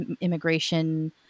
immigration